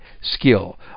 skill